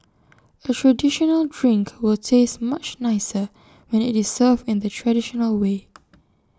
A traditional drink will taste much nicer when IT is served in the traditional way